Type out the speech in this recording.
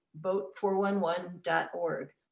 vote411.org